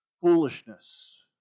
foolishness